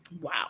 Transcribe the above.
Wow